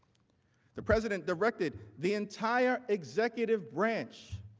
the president directed the entire executive branch,